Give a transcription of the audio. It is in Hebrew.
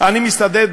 אני מסתדרת,